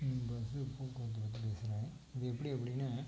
நான் பஸ்ஸு போக்குவரத்து பற்றி பேசுகிறேன் இது எப்படி அப்படின்னா